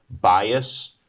bias